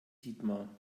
dietmar